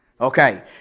Okay